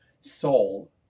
soul